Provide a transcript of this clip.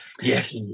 Yes